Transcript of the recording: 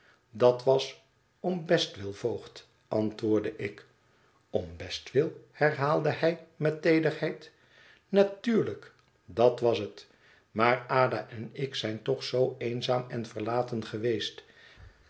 dat was om best wil voogd antwoordde ik om best wil herhaalde hij met teederheid natuurlijk dat was het maar ada en ik zijn toch zoo eenzaam en verlaten geweest